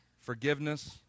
Forgiveness